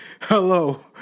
Hello